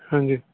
ਹਾਂਜੀ